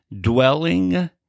dwelling